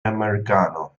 americano